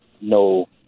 no